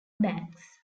banks